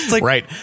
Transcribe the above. right